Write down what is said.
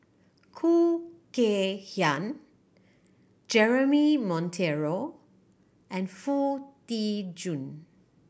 Khoo Kay Hian Jeremy Monteiro and Foo Tee Jun